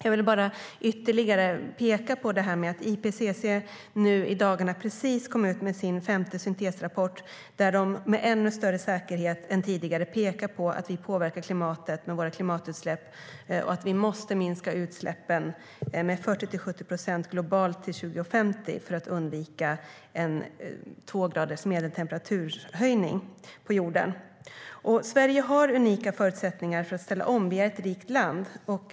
Jag vill peka på att IPCC nu i dagarna kom ut med sin femte syntesrapport, där de med ännu större säkerhet än tidigare pekar på att vi påverkar klimatet med våra klimatutsläpp och att vi måste minska utsläppen med 40-70 procent globalt till 2050 för att undvika en tvågraders medeltemperaturhöjning på jorden. Sverige har unika förutsättningar för att ställa om. Vi är ett rikt land.